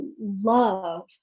love